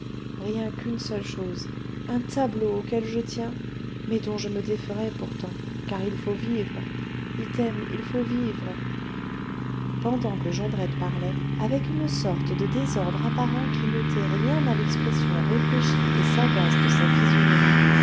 rien qu'une seule chose un tableau auquel je tiens mais dont je me déferais pourtant car il faut vivre item il faut vivre pendant que jondrette parlait avec une sorte de désordre apparent qui n'ôtait rien à l'expression réfléchie et sagace de sa physionomie